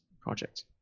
project